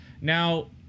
Now